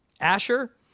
Asher